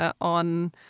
on